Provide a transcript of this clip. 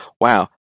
wow